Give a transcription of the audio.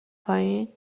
پایین